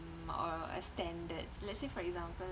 or uh standards let's say for example